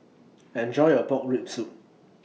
Enjoy your Pork Rib Soup